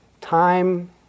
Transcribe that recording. Time